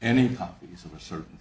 any copies of a certain